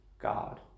God